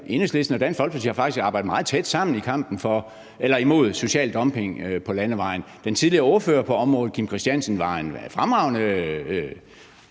Enhedslisten og Dansk Folkeparti har faktisk arbejdet meget tæt sammen i kampen imod social dumping på landevejen. Den tidligere ordfører på området Kim Christiansen var en fremragende